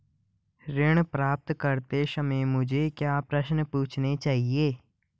ऋण प्राप्त करते समय मुझे क्या प्रश्न पूछने चाहिए?